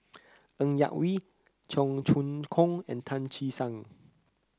Ng Yak Whee Cheong Choong Kong and Tan Che Sang